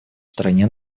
стране